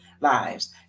lives